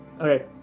Okay